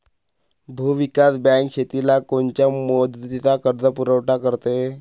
भूविकास बँक शेतीला कोनच्या मुदतीचा कर्जपुरवठा करते?